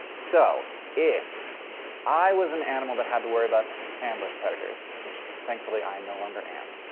so if i was an animal that had to worry about ambush predators, which thankfully i no longer am,